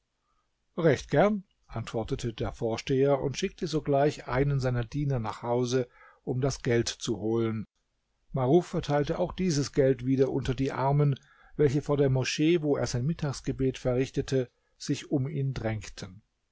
recht gern antwortete der vorsteher und schickte sogleich einen seiner diener nach hause um das geld zu holen maruf verteilte auch dieses geld wieder unter die armen welche vor der moschee wo er sein mittagsgebet verrichtete sich um ihn drängten